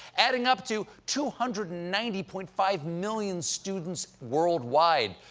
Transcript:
adding up to two hundred and ninety point five million students worldwide.